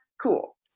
cool